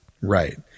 Right